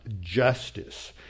justice